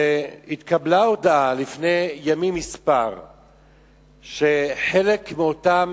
שהתקבלה הודעה לפני ימים מספר שחלק מאותם